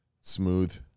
smooth